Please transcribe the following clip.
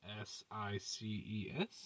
S-I-C-E-S